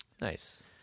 nice